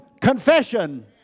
confession